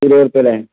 ഇരുപത് രൂപ അല്ലേ